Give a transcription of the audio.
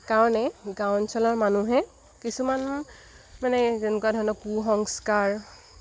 কাৰণে গাঁও অঞ্চলৰ মানুহে কিছুমান মানে যেনেকুৱা ধৰণৰ কুসংস্কাৰ